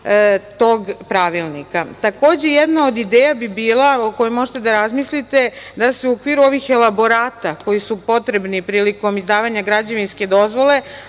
tog pravilnika. Takođe, jedna od ideja bi bila, o kojoj možete da razmislite, da se u okviru ovih elaborata koji su potrebni prilikom izdavanja građevinske dozvole,